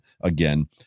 again